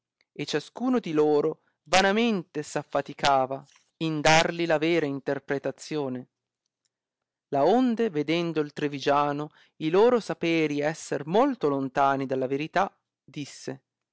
e ciascuno di loro vanamente s affaticava in darli la vera interpretazione laonde vedendo il trivigiano i loro saperi esser molto lontani dalla verità disse